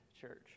Church